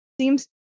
seems